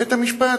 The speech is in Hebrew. בית-המשפט,